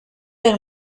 del